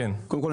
קודם כל,